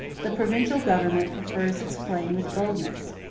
the provincial government prefers its claim with boldness,